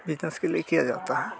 विकास के लिए किया जाता है